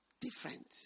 different